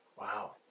Wow